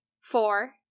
Four